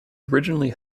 originally